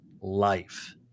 life